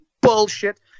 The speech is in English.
bullshit